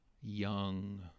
young